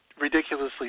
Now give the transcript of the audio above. ridiculously